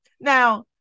now